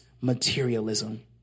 materialism